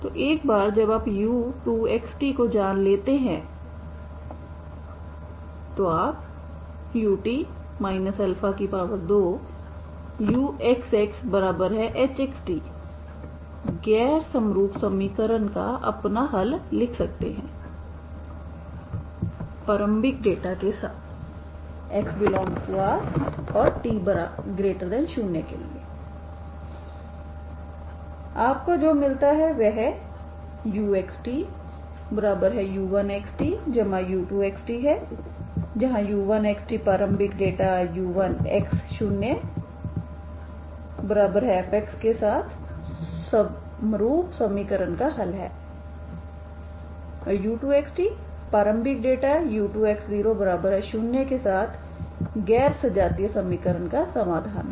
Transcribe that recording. तो एक बार जब आप u2x t को जान लेते हैं तो आप ut 2uxxhxt गैर समरूप समीकरण का अपना हल लिख सकते है प्रारंभिक डेटा के साथx∈R और t0 के लिए आपको जो मिलता है वह uxtu1xt u2xt है जहां u1xt प्रारंभिक डेटा u1x 0f के साथ समरूप समीकरण का हल है और u2xt प्रारंभिक डेटा u2x00 के साथ गैर सजातीय समीकरण का समाधान है